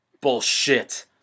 Bullshit